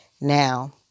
Now